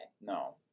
No